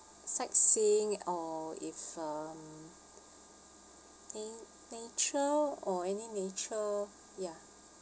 sightseeing or if um na~ nature or any nature ya